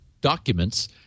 documents